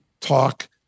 talk